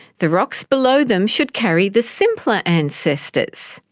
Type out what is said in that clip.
the rocks below them should carry the simpler ancestors.